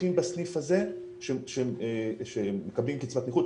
נכים בסניף הזה שמקבלים קצבת נכות,